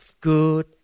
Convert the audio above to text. good